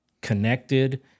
connected